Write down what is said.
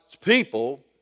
people